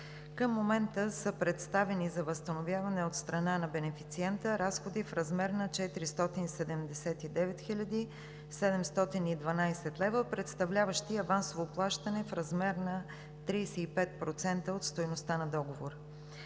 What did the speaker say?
към момента са представени за възстановяване от страна на бенефициента разходи в размер на 479 хил. 712 лв., представляващи авансово плащане в размер на 35% от стойността на договора.